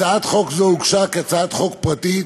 הצעת חוק זו הוגשה כהצעת חוק פרטית